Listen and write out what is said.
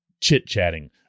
chit-chatting